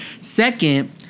Second